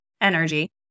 energy